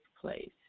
place